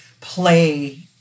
play